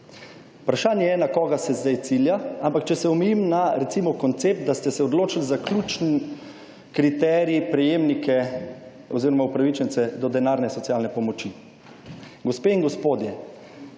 Vprašanje je na koga se zdaj cilja, ampak, če se omejim na recimo koncept, da ste se odločili za ključen kriterij prejemnike oziroma upravičence do denarne socialne pomoči. Gospe in gospodje,